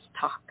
talk